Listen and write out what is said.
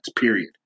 period